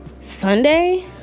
Sunday